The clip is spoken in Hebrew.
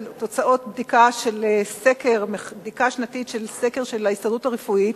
תוצאות בדיקה שנתית של סקר של ההסתדרות הרפואית